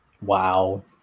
wow